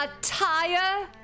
tire